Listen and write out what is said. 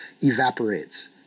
evaporates